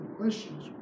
questions